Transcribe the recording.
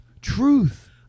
truth